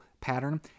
pattern